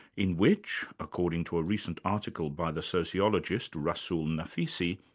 in which, according to a recent article by the sociologist rasool nafisi,